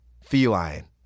feline